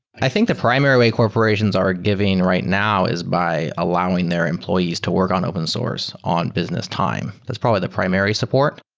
i think the primary way corporations are giving right now is by allowing their employees to work on open source on business time. that's probably the primary support.